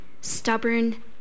stubborn